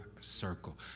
circle